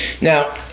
now